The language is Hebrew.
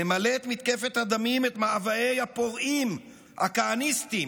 ממלאת מתקפת הדמים את מאוויי הפורעים הכהניסטים,